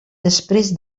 després